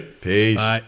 Peace